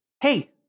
Hey